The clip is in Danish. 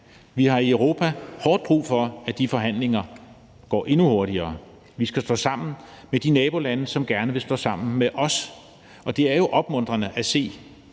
Vi har i Europa hårdt brug for, at de forhandlinger går endnu hurtigere. Vi skal stå sammen med de nabolande, som gerne vil stå sammen med os, og det er jo opmuntrende at se